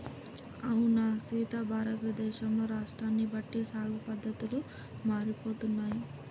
అవునా సీత భారతదేశంలో రాష్ట్రాన్ని బట్టి సాగు పద్దతులు మారిపోతున్నాయి